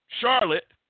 Charlotte